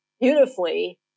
beautifully